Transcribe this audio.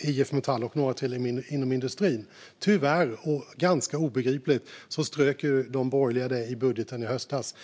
IF Metall och några till inom industrin. Tyvärr och ganska obegripligt strök de borgerliga detta i budgeten i höstas.